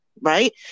right